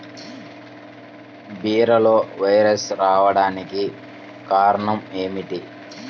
బీరలో వైరస్ రావడానికి కారణం ఏమిటి?